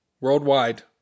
Worldwide